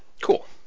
cool